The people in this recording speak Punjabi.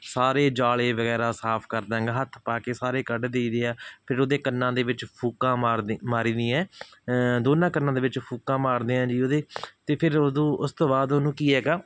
ਸਾਰੇ ਜਾਲੇ ਵਗੈਰਾ ਸਾਫ ਕਰਦਾ ਐਂਗਾ ਹੱਥ ਪਾ ਕੇ ਸਾਰੇ ਕੱਢ ਦਈ ਦੇ ਆ ਫਿਰ ਉਹਦੇ ਕੰਨਾਂ ਦੇ ਵਿੱਚ ਫੂਕਾਂ ਮਾਰਦੀ ਮਾਰੀ ਦੀਆਂ ਦੋਨਾਂ ਕੰਨਾਂ ਦੇ ਵਿੱਚ ਫੂਕਾਂ ਮਾਰਦੇ ਹਾਂ ਜੀ ਉਹਦੇ ਅਤੇ ਫਿਰ ਉਦੋਂ ਉਸ ਤੋਂ ਬਾਅਦ ਉਹਨੂੰ ਕੀ ਹੈਗਾ